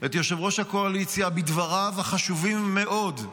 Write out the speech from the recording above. את יושב-ראש הקואליציה בדבריו החשובים מאוד.